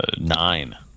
nine